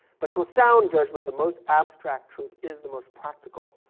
but to a sound judgment the most abstract truth is the most practical.